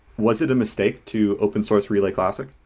was it a mistake to open-source relay classic?